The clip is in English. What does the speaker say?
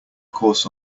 course